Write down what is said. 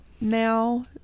now